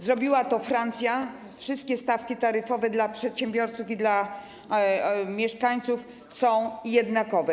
Zrobiła to Francja, wszystkie stawki taryfowe dla przedsiębiorców i dla mieszkańców są jednakowe.